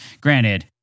granted